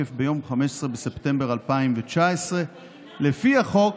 לתוקף ביום 15 בספטמבר 2019. לפי החוק,